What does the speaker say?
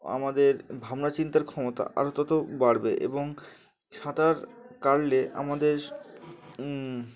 আমাদের ভাবনাচিন্তার ক্ষমতা আর তত বাড়বে এবং সাঁতার কাটলে আমাদের